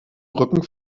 rücken